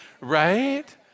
Right